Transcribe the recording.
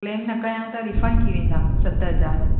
claim न कयां त रिफ़ंड थी वेंदा सत हज़ार